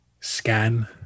scan